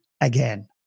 again